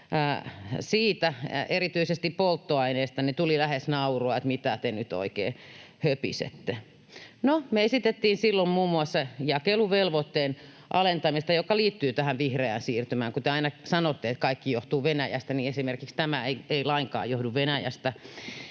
siitä, erityisesti polttoaineesta, tuli lähes naurua, että mitä te nyt oikein höpisette. No, me esitettiin silloin muun muassa jakeluvelvoitteen alentamista, joka liittyy tähän vihreään siirtymään. Kun te aina sanotte, että kaikki johtuu Venäjästä, niin esimerkiksi tämä ei lainkaan johdu Venäjästä.